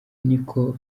niko